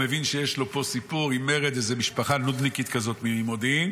והוא מבין שיש לו פה סיפור עם מרד של משפחה נודניקית כזאת ממודיעין.